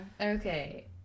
Okay